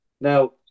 Now